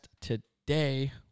today